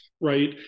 right